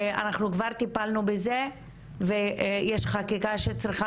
אנחנו כבר טיפלנו בזה ויש חקיקה שצריכה